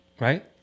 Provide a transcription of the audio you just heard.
right